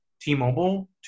T-Mobile